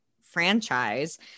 franchise